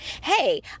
hey